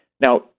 Now